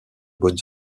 bonne